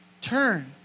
Turn